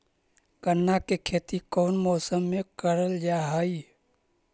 गन्ना के खेती कोउन मौसम मे करल जा हई?